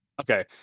okay